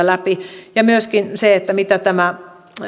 läpi ja myöskin se mitä